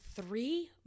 three